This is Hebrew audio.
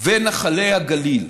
ונחלי הגליל.